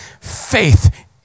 faith